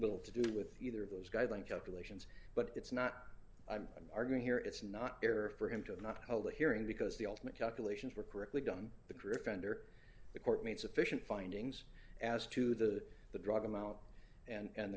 little to do with either of those guidelines calculations but it's not i'm arguing here it's not fair for him to not hold a hearing because the ultimate calculations were correctly done the career founder the court made sufficient findings as to the the drug amount and